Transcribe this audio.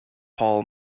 paul